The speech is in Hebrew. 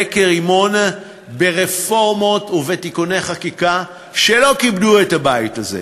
כרימון ברפורמות ובתיקוני חקיקה שלא כיבדו את הבית הזה.